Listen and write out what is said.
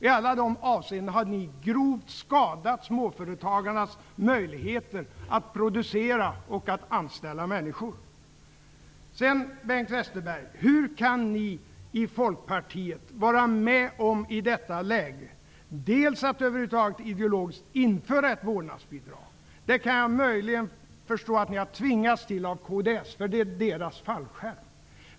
I alla de avseendena har ni grovt skadat småföretagarnas möjligheter att producera och anställa människor. Bengt Westerberg! Hur kan ni i Folkpartiet ideologiskt vara med om att införa ett vårdnadsbidrag i detta läge? Jag kan möjligen förstå att ni har tvingats till det av kds -- det är kds fallskärm.